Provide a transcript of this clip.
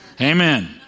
Amen